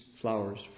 flowers